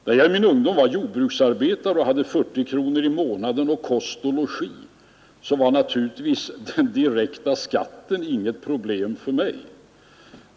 När jag i min ungdom var jordbruksarbetare och hade 40 kronor i månaden och kost och logi, var den direkta skatten inget problem för mig.